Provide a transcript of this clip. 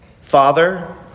Father